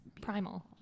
primal